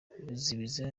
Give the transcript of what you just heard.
ruzibiza